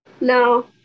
No